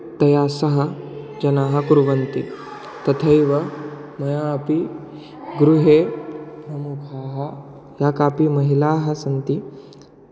तया सह जनाः कुर्वन्ति तथैव मयापि गृहे प्रमुखाः याः कापि महिलाः सन्ति